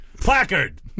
Placard